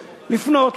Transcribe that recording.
לפנות,